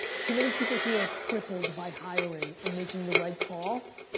too many people here are crippled by hiring and making the right call,